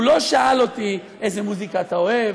הוא לא שאל אותי איזה מוזיקה אתה אוהב,